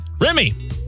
Remy